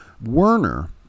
Werner